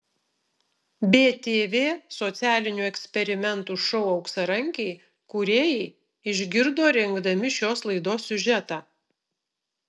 btv socialinių eksperimentų šou auksarankiai kūrėjai išgirdo rengdami šios laidos siužetą